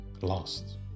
lost